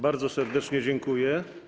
Bardzo serdecznie dziękuję.